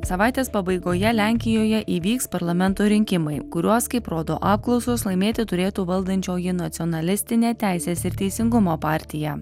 savaitės pabaigoje lenkijoje įvyks parlamento rinkimai kuriuos kaip rodo apklausos laimėti turėtų valdančioji nacionalistinė teisės ir teisingumo partija